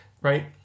right